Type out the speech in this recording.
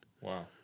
Wow